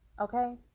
Okay